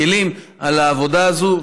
מקילים את העבודה הזאת,